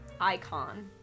icon